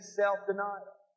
self-denial